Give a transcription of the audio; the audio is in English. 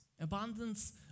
Abundance